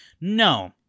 no